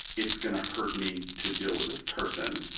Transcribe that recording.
it's going to hurt me to deal with this person.